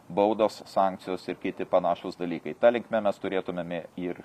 baudos sankcijos ir kiti panašūs dalykai ta linkme mes turėtumėme ir